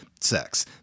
sex